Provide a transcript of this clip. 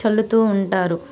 చల్లుతూ ఉంటారు